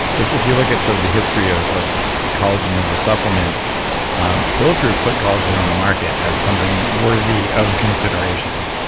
if if you look at sort of the history ah of collagen as a supplement bulletproof put collagen on the market as something worthy of consideration